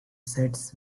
sets